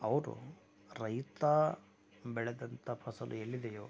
ಅವರು ರೈತ ಬೆಳೆದಂತ ಫಸಲು ಎಲ್ಲಿದಿಯೊ